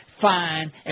Fine